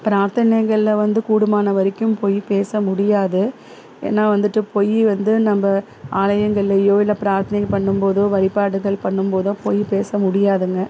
பிராத்தனைகளில் வந்து கூடுமான வரைக்கும் பொய் பேச முடியாது ஏன்னால் வந்துட்டு பொய் வந்து நம்ப ஆலயங்கள்லையோ இல்லை பிராத்தனை பண்ணும்போதோ வழிபாடுகள் பண்ணும்போதோ பொய் பேச முடியாதுங்க